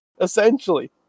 Essentially